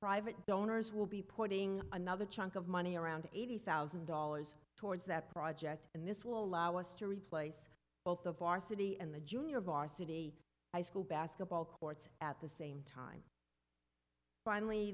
private donors will be putting another chunk of money around eighty thousand dollars towards that project and this will allow us to replace both of our city and the junior varsity high school basketball courts at the same time finally